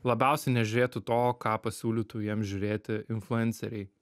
labiausiai nežiūrėtų to ką pasiūlytų jiem žiūrėti influenceriai